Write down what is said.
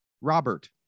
Robert